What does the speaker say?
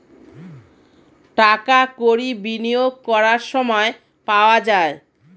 টাকা কড়ি বিনিয়োগ করার সময় পাওয়া যায়